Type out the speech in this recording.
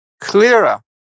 clearer